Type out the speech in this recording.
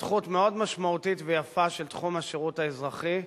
התפתחות מאוד משמעותית ויפה של תחום השירות האזרחי.